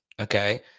Okay